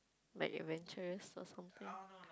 like adventurous or something